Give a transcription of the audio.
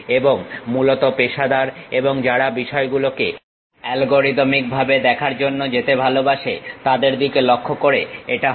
এবং মূলত পেশাদার এবং যারা বিষয়গুলোকে অ্যালগরিদমিক ভাবে দেখার জন্য যেতে ভালোবাসে তাদের দিকে লক্ষ্য করে এটা হয়